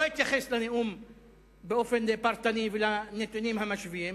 לא התייחס לנאום באופן פרטני ולנתונים המשווים